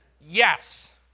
Yes